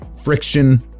friction